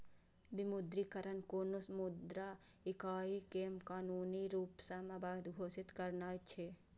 विमुद्रीकरण कोनो मुद्रा इकाइ कें कानूनी रूप सं अवैध घोषित करनाय छियै